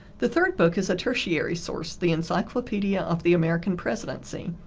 the third book is a tertiary source, the encyclopedia of the american presidency.